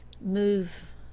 move